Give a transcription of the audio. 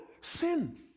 Sin